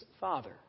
father